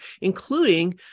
including